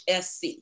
sc